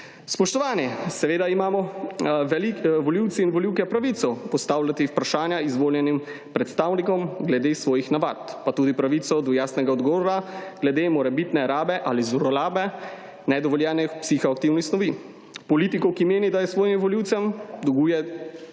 Spoštovani, seveda imamo volivke in volivci pravico postavljati vprašanja izvoljenim predstavnikom glede svojih navad, pa tudi pravico do jasnega odgovora glede morebitne rabe ali zlorabe nedovoljenih psihoaktivnih snovi. Politiku, ki meni, da svojim volivcem dolguje toksološki